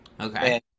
Okay